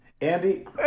Andy